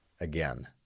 again